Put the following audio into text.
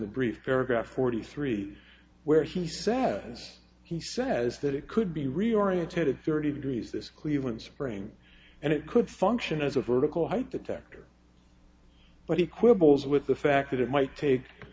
the brief paragraph forty three where he sat as he says that it could be reorientated thirty degrees this cleveland spring and it could function as a vertical height the texture but he quibbles with the fact that it might take